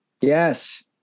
Yes